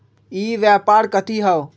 ई व्यापार कथी हव?